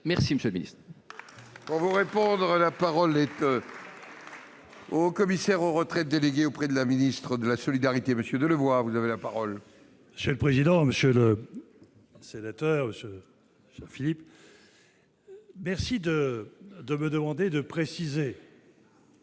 aide, monsieur le ministre.